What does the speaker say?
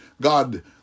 God